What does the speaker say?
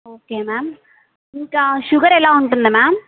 okay ma'am ఇంకా sugar ఎలా ఉంటుంది మ్యామ్